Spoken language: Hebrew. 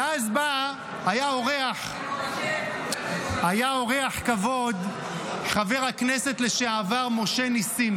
ואז היה אורח כבוד חבר הכנסת לשעבר משה נסים,